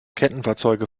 kettenfahrzeuge